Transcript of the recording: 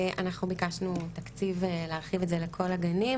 אנחנו ביקשנו תקציב להרחיב את זה לכל הגנים,